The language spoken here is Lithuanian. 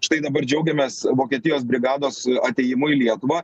štai dabar džiaugiamės vokietijos brigados atėjimu į lietuvą